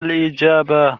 الإجابة